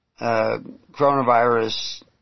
coronavirus